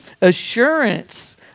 assurance